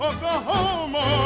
Oklahoma